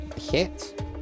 hit